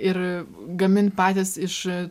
ir gamint patys iš